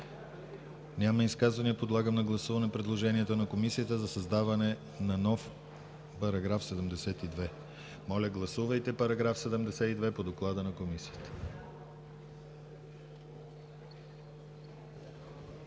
Няма изказвания. Подлагам на гласуване предложението на Комисията за създаване на нов § 72. Моля, гласувайте § 72 по доклада на Комисията.